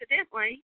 accidentally